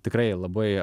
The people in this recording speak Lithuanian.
tikrai labai